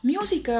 Music